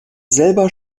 selber